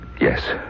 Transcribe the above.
Yes